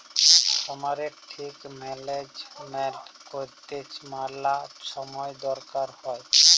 খামারের ঠিক ম্যালেজমেল্ট ক্যইরতে ম্যালা ছময় দরকার হ্যয়